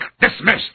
dismissed